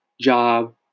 job